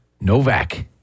Novak